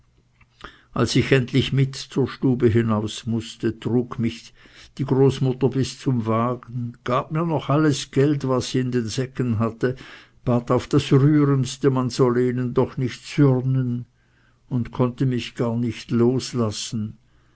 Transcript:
als ich endlich mit zur stube hinaus mußte trug mich die großmutter bis zum wagen gab mir noch alles geld was sie in den säcken hatte bat auf das rührendste man solle ihnen doch nicht zürnen konnte mich gar nicht loslassen